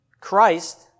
Christ